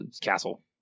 castle